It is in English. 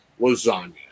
lasagna